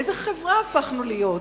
איזה חברה הפכנו להיות?